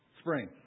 Spring